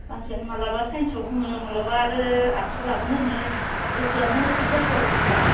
मानसियानो माब्लाबा साइन्सआव बुङो माब्लाबा आरो आर्ट्सआव लागोन होनो गोसोआनो थिग जाथ'वाखै बिहा